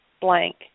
blank